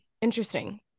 interesting